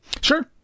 Sure